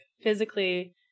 physically